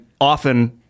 often